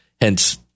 hence